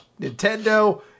Nintendo